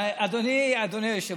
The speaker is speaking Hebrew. אדוני היושב-ראש.